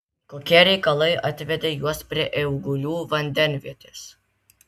kokie reikalai atvedė juos prie eigulių vandenvietės